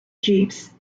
jeeps